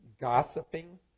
gossiping